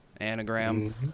anagram